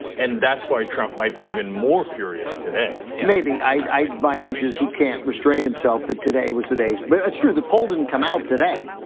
and that's why trump might be even more furious today. maybe, my hunch is he can't restrain himself that today was the day but it's true. the poll didn't come out today.